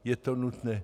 Je to nutné.